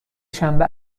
شنبه